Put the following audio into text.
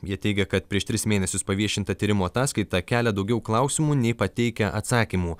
jie teigia kad prieš tris mėnesius paviešinta tyrimo ataskaita kelia daugiau klausimų nei pateikia atsakymų